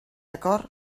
acord